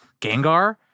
Gengar